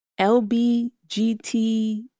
LBGT